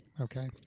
okay